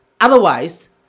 Otherwise